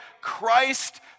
Christ